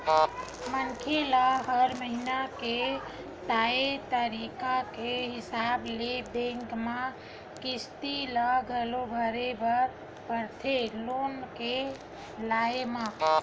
मनखे ल हर महिना के तय तारीख के हिसाब ले बेंक म किस्ती ल घलो भरे बर परथे लोन के लेय म